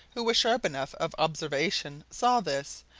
who was sharp enough of observation, saw this,